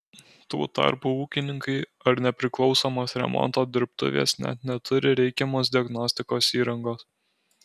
tuo tarpu ūkininkai ar nepriklausomos remonto dirbtuvės net neturi reikiamos diagnostikos įrangos